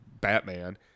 Batman